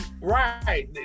right